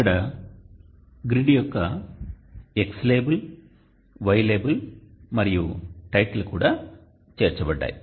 ఇక్కడ గ్రిడ్ యొక్క X label Y label మరియు టైటిల్ కూడా చేర్చబడ్డాయి